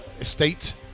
estate